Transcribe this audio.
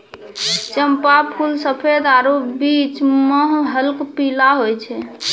चंपा फूल सफेद आरु बीच मह हल्क पीला होय छै